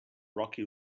rocky